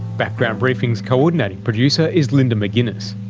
background briefing's co-ordinating producer is linda mcginness,